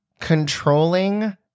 controlling